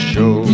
Show